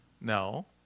no